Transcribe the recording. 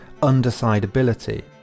undecidability